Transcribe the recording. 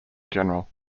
general